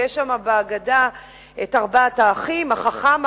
ויש שם בהגדה ארבעת האחים: החכם,